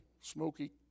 smoky